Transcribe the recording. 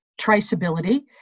traceability